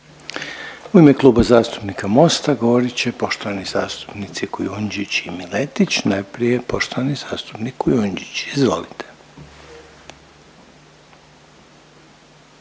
U ime Kluba zastupnika Mosta govorit će poštovani zastupnici Kujundžić i Miletić, najprije poštovani zastupnik Kujundžić, izvolite.